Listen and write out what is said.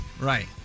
Right